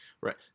right